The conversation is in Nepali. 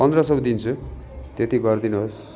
पन्ध्र सौ दिन्छु त्यति गरिदिनुहोस्